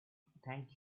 thank